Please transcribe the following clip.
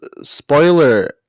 spoiler